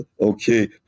okay